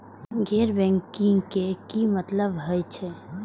गैर बैंकिंग के की मतलब हे छे?